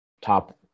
top